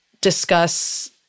discuss